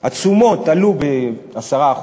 התשומות עלו ב-10%,